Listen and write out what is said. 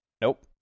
Nope